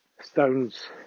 Stones